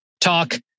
talk